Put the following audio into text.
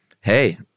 hey